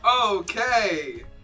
Okay